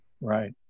right